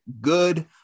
good